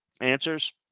answers